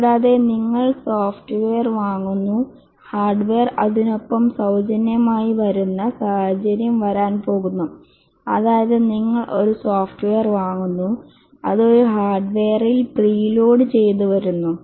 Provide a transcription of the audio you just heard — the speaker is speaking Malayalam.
കൂടാതെ നിങ്ങൾ സോഫ്റ്റ്വെയർ വാങ്ങുന്നു ഹാർഡ്വെയർ അതിനൊപ്പം സൌജന്യമായി വരുന്ന സാഹചര്യം വരാൻ പോകുന്നു അതായത് നിങ്ങൾ സോഫ്റ്റ്വെയർ വാങ്ങുന്നു അത് ഒരു ഹാർഡ്വെയറിൽ പ്രീലോഡു ചെയ്തു വരുന്നു